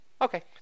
Okay